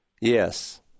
Yes